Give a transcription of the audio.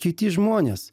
kiti žmonės